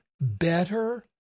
better